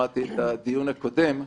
שמעתי את הדיון הקודם.